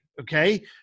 okay